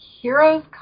Heroes